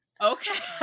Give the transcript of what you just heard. okay